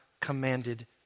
commanded